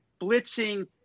blitzing